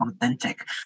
authentic